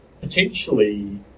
potentially